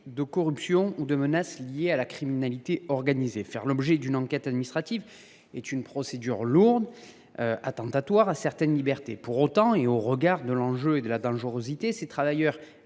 de corruption ou de menace liés à la criminalité organisée. Faire l’objet d’une enquête administrative est une procédure lourde, attentatoire à certaines libertés. Pour autant, et au regard de l’enjeu et de la dangerosité, ces travailleurs